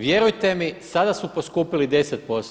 Vjerujte mi sada su poskupili 10%